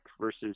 versus